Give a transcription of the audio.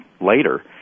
later